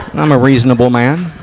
i'm a reasonable man,